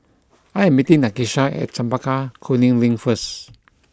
I am meeting Nakisha at Chempaka Kuning Link first